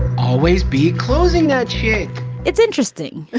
always be closing that shit it's interesting